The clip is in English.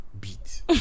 Beat